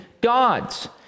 gods